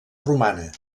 romana